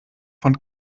von